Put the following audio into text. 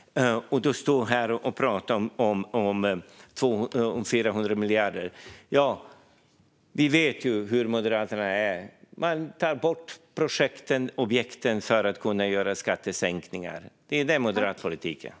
Du står här och pratar om 400 miljarder. Vi vet hur Moderaterna är. De tar bort projekten och objekten för att kunna göra skattesänkningar. Det är vad moderat politik är.